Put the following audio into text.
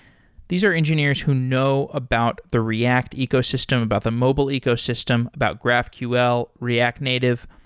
these are engineers who know about the react ecosystem, about the mobile ecosystem, about graphql, react native.